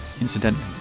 Incidentally